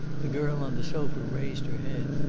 the girl on the sofa raised her head.